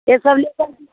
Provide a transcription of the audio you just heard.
ये सब ले करके